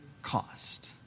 cost